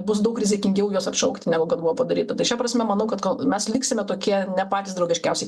bus daug rizikingiau juos atšaukti negu kad buvo padaryta tai šia prasme manau kad kol mes liksime tokie ne patys draugiškiausi